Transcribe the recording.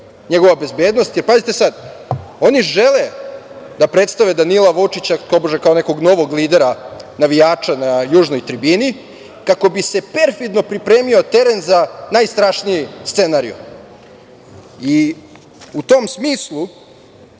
njegova bezbednost, jer, pazite sad, oni žele da predstave Danila Vučića, tobože, kao nekog novog lidera navijača na južnoj tribini, kako bi se perfidno pripremio teren za najstrašniji scenarijo.U tom smislu,